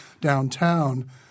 downtown